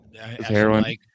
Heroin